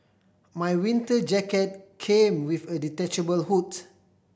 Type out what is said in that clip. my winter jacket came with a detachable hoods